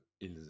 ils